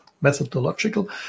methodological